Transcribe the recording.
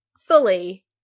fully